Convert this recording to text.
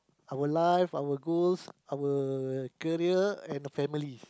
our life our goals our career and our family